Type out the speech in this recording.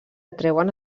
atreuen